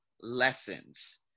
lessons